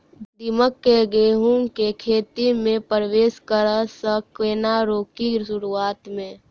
दीमक केँ गेंहूँ केँ खेती मे परवेश करै सँ केना रोकि शुरुआत में?